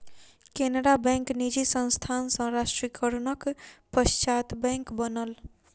Canara bank निजी संस्थान सॅ राष्ट्रीयकरणक पश्चात बैंक बनल